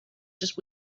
just